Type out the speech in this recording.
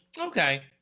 Okay